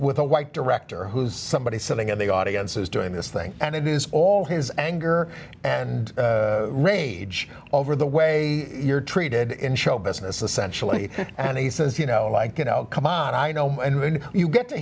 with a white director who's somebody sitting in the audience is doing this thing and it is all his anger and rage over the way you're treated in show business essentially and he says you know like you know come on i know and when you get to